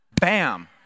Bam